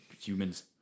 humans